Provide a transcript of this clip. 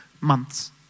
months